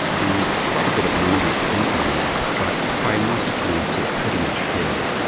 and quite a bit of money was spent on this but by most accounts it pretty much failed.